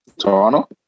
Toronto